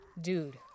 Dude